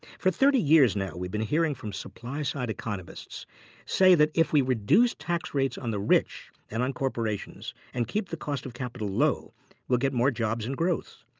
for thirty years now we've been hearing from supply-side economists say that if we reduce tax rates on the rich and on corporations and keep the cost of capital low we'll get more jobs and growth.